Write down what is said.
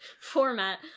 format